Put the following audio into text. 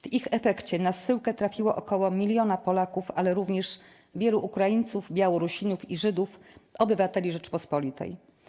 W ich efekcie na zsyłkę trafiło około miliona Polaków, ale również wielu Ukraińców, Białorusinów i Żydów, obywateli Rzeczypospolitej.